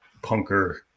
punker